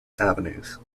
avenues